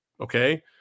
okay